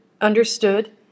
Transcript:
understood